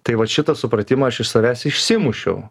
tai vat šitą supratimą aš iš savęs išsimušiau